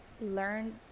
learn